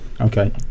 Okay